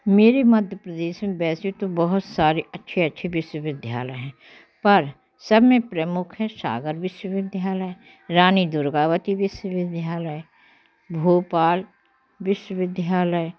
मेरे मध्य प्रदेश में वैसे तो बहुत सारे अच्छे अच्छे विश्वविद्यालय हैं पर सब में प्रमुख्य है सागर विश्वविद्यालय रानी दुर्गावती विश्वविद्यालय भूपाल विश्वविद्यालय